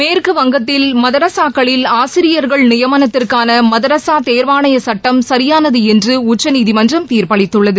மேற்குவங்கத்தில் மதரஸாக்களில் ஆசிரியர்கள் நியமனத்திற்கான மதரஸா தேர்வாணைய சட்டம் சரியானது என்று உச்சநீதிமன்றம் தீர்பளித்துள்ளது